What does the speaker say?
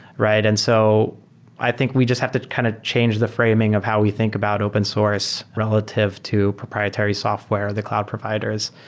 and so i think we just have to kind of change the framing of how we think about open source relative to proprietary software, the cloud providers,